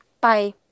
Bye